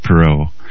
Perot